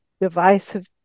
divisive